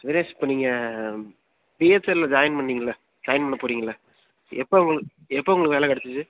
தினேஷ் இப்போ நீங்கள் பிஹெச்எல்லில் ஜாயின் பண்ணீங்கல்லை ஜாயின் பண்ணப் போறீங்கள்ல எப்போ உங்குளுக்கு எப்போ உங்களுக்கு வேலை கிடச்சிச்சு